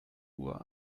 uhr